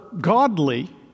godly